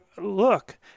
Look